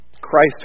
Christ